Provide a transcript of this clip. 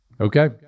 okay